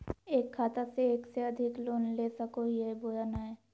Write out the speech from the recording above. एक खाता से एक से अधिक लोन ले सको हियय बोया नय?